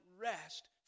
rest